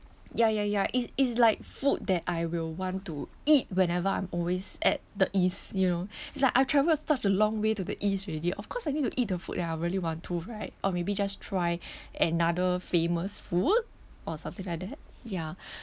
ya ya ya it's it's like food that I will want to eat whenever I'm always at the east you know it's like I've travelled such a long way to the east already of course I need to eat the food that I really want to right or maybe just try another famous food or something like that ya